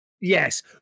Yes